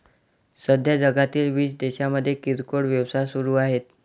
सध्या जगातील वीस देशांमध्ये किरकोळ व्यवसाय सुरू आहेत